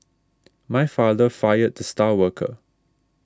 my father fired the star worker